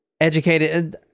Educated